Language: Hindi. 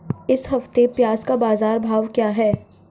इस हफ्ते प्याज़ का बाज़ार भाव क्या है?